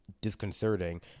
disconcerting